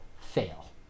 fail